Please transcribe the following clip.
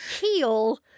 Heal